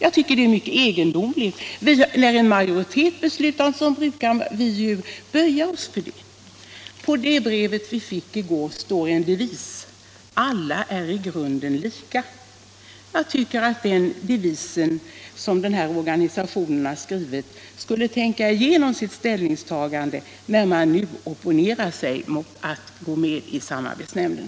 På det brev som vi fick i går står en devis: Alla är i grunden lika. Jag tycker att de organisationer som har den devisen skulle tänka igenom sitt ställningstagande när de nu opponerar sig mot att gå med i samarbetsnämnden.